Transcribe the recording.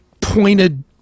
pointed